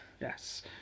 Yes